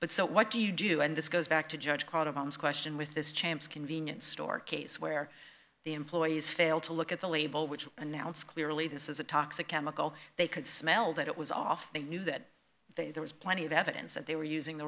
but so what do you do and this goes back to judge called obama's question with this champs convenience store case where the employees failed to look at the label which announced clearly this is a toxic chemical they could smell that it was off they knew that there was plenty of evidence that they were using the